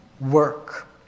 work